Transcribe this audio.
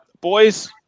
Boys